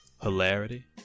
hilarity